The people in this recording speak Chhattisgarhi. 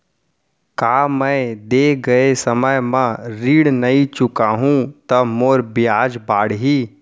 का मैं दे गए समय म ऋण नई चुकाहूँ त मोर ब्याज बाड़ही?